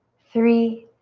three,